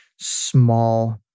small